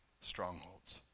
strongholds